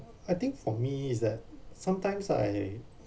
I think for me is that sometimes I